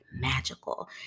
magical